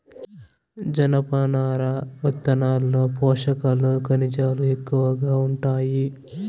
జనపనార విత్తనాల్లో పోషకాలు, ఖనిజాలు ఎక్కువగా ఉంటాయి